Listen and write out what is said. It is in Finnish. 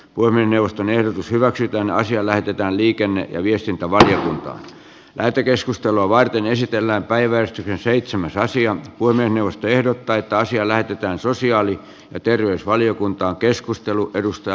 voimme neuvoston ehdotus hyväksytään naisia lähetetään liikenne ja viestintävaliokunta lähetekeskustelua varten esitellä päivää seitsemän raision puhemiesneuvosto ehdottaa että asia lähetetään sosiaali ja terveysvaliokuntaan